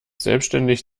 selbstständig